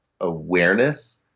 awareness